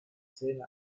zähne